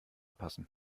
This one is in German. passen